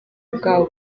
bwabo